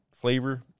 flavor